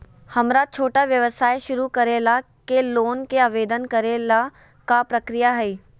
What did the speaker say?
हमरा छोटा व्यवसाय शुरू करे ला के लोन के आवेदन करे ल का प्रक्रिया हई?